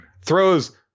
throws